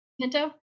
pinto